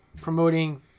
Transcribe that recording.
promoting